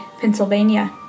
Pennsylvania